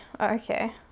Okay